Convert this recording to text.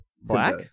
Black